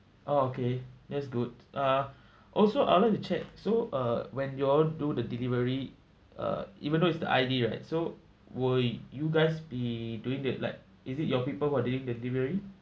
oh okay that's good uh also I'd like to check so uh when you all do the delivery err even though it's the I_D right so will you guys be doing it like is it your are people who are doing the delivery